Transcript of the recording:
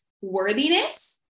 worthiness